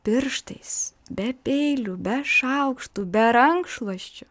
pirštais be peilių be šaukštų be rankšluosčių